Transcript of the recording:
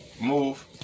move